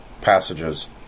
passages